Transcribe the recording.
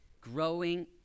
Growing